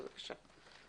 בבקשה.